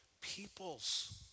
peoples